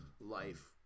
life